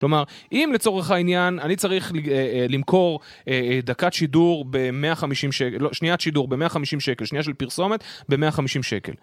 כלומר, אם לצורך העניין אני צריך למכור דקת שידור במאה חמישים שקל, לא, שניית שידור במאה חמישים שקל, שנייה של פרסומת במאה חמישים שקל.